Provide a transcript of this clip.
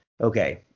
okay